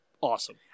awesome